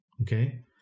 Okay